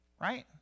Right